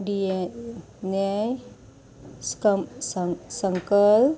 डियेन संकल